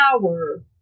power